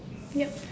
yup